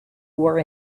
were